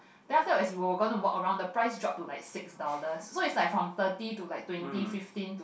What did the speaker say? then after that as we were gonna walk around the price drop to like six dollars so it's like from thirty to like twenty fifteen to